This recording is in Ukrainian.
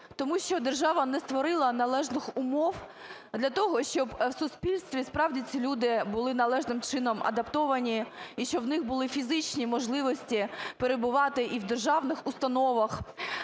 Тому що держава не створила належних умов для того, щоб в суспільстві справді ці люди були належним чином адаптовані і щоб в них були фізичні можливості перебувати і в державних установах,